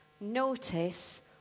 notice